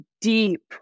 deep